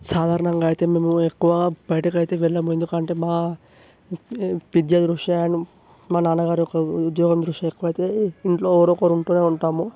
సాధారణంగా అయితే మేము ఎక్కువ బయటకి అయితే వెళ్ళము ఎందుకంటే మా విద్య దృష్ట్యా మా నాన్నగారి యొక్క ఉద్యోగం దృష్ట్యా ఎక్కువైతే ఇంట్లో ఎవరో ఒకరు ఉంటూనే ఉంటాము